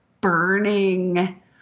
burning